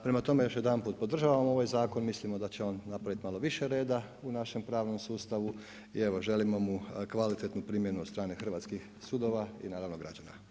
Prema tome, još jedanput podržavamo ovaj zakon, mislimo da će on napraviti malo više reda u našem pravno sustavu i evo želimo mu kvalitetnu primjenu od strane hrvatskih sudova i naravno građana.